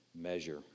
measure